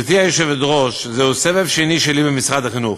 גברתי היושבת-ראש, זהו סבב שני שלי במשרד החינוך,